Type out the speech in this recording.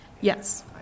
Yes